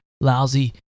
lousy